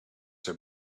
had